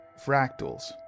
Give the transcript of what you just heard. fractals